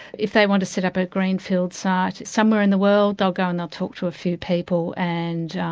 if they want to set up a green field site somewhere in the world, they'll go and they'll talk to a few people and